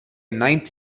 ninth